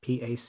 PAC